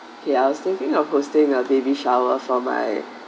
K I was thinking of hosting a baby shower for my